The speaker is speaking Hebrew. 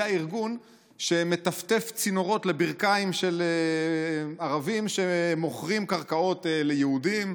זה הארגון שמטפטף צינורות לברכיים של ערבים שמוכרים קרקעות ליהודים,